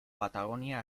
patagonia